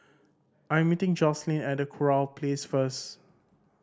I'm meeting Joselyn at Kurau Place first